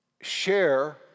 share